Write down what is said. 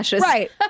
Right